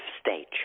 stage